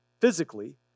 physically